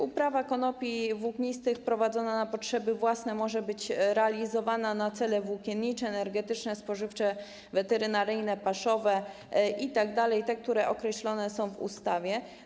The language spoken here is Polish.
Uprawa konopi włóknistych na potrzeby własne może być realizowana na cele włókiennicze, energetyczne, spożywcze, weterynaryjne, paszowe itd., które określone są w ustawie.